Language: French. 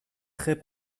très